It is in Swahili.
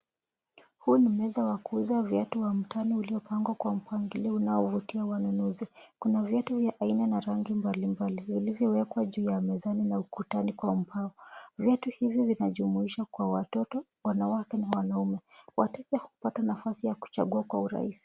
Huu ni meza wa kuuza viatu wa mtaani uliopangwa kwa mpangilio unaovutia wanunuzi. Kuna viatu vya aina na rangi mbalimbali vilivyowekwa juu ya mezani na ukutani kwa mbao. Viatu hivi vinajumuisha kwa watoto, wanawake na wanaume. Wateja hupata nafasi ya kuchagua kwa urahisi.